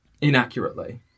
inaccurately